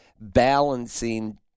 balancing